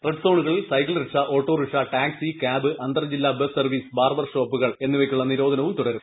red സോണുകളിൽ cycle rickshaw autorickshaw taxi cab അന്തർ ജില്ലാ ബസ് സർവീസ് ബാർബർ ഷോപ്പുകൾ എന്നിവയ്ക്കുള്ള നിരോധനം തുടരും